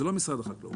זה לא משרד החקלאות.